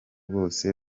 bose